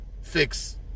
fix